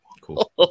cool